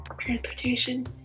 transportation